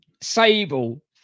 Sable